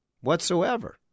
whatsoever